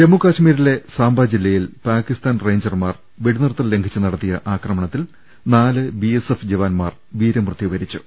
ജമ്മു കശ്മീരിലെ സാംബാ ജില്ലയിൽ പാകിസ്ഥാൻ റെയ്ഞ്ചർമാർ വെടിനിർത്തൽ ലംഘിച്ച് നടത്തിയ ആക്രമണത്തിൽ നാല് ബി എസ് എഫ് ജവാന്മാർ വീരമൃത്യു വരിച്ചു